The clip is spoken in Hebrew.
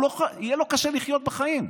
יהיה לו קשה לחיות את החיים,